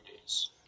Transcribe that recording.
days